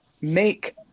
make